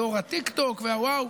דור הטיקטוק והוואו.